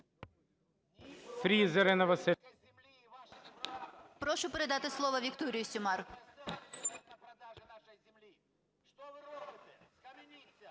Прошу передати слово Вікторії Сюмар.